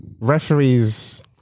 referees